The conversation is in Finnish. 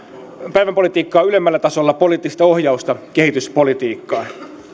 päivänpolitiikkaa ylemmällä tasolla poliittista ohjausta kehityspolitiikkaan